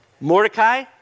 Mordecai